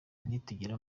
nitugera